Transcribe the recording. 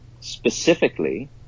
specifically